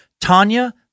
Tanya